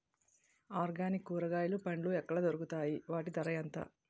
Organic కూరగాయలు పండ్లు ఎక్కడ దొరుకుతాయి? వాటి ధర ఎంత?